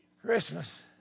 Christmas